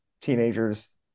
teenagers